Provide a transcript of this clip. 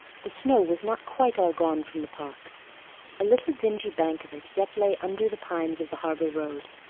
the snow was not quite all gone from the park a little dingy bank of it yet lay under the pines of the harbor road,